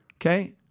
okay